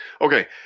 Okay